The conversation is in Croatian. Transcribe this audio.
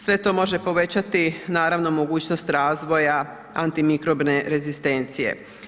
Sve to može povećati, naravno, mogućnost razvoja antimikrobne rezistencije.